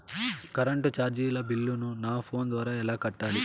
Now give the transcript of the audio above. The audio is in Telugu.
కరెంటు చార్జీల బిల్లును, నా ఫోను ద్వారా ఎలా కట్టాలి?